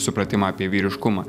supratimą apie vyriškumą